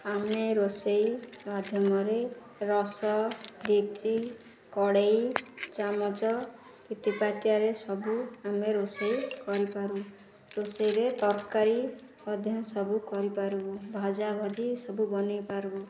ଆମେ ରୋଷେଇ ମାଧ୍ୟମରେ ରସ ଡେକିଚି କଡ଼େଇ ଚାମଚ ପିଥାପାତିଆରେ ସବୁ ଆମେ ରୋଷେଇ କରିପାରୁ ରୋଷେଇରେ ତରକାରୀ ମଧ୍ୟ ସବୁ କରିପାରିବୁ ଭଜା ଭଜି ସବୁ ବନେଇ ପାରିବୁ